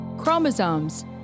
Chromosomes